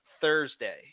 thursday